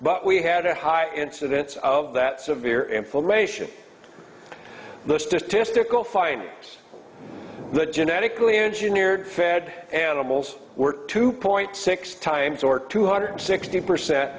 but we had a high incidence of that severe inflammation the statistical fine it's the genetically engineered fed animals were two point six times or two hundred sixty percent